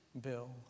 Bill